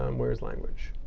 um where is language?